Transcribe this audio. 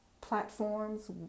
platforms